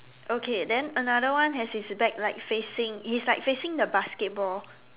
okay then another one has his back like facing he is like facing the basketball